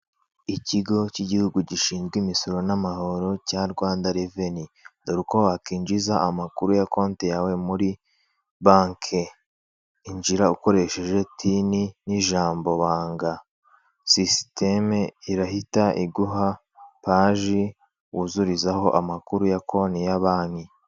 Ikigo cy'igihugu gishinzwe imisoro n'amahoro cya Rwanda reveni. Dore uko wakjiza amakuru ya konti yawe muri banki, injira ukoresheje tini n'ijambo banga. sisitemu irahita iguha paji wuzurizaho amakuru ya konti ya banki.